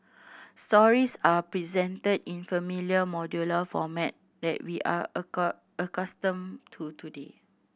stories are presented in familiar modular format that we are accustomed to today